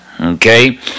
okay